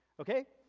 okay?